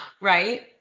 right